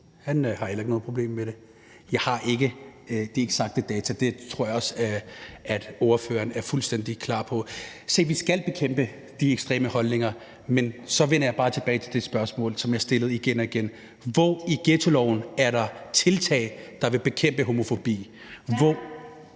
Han har heller ikke noget problem med det. Jeg har ikke de eksakte data. Det tror jeg også at ordføreren er fuldstændig klar over. Vi skal bekæmpe de ekstreme holdninger, men så vender jeg bare tilbage til det spørgsmål, som jeg stillede igen og igen: Hvor i ghettoloven er der tiltag, der vil bekæmpe homofobi? Kl.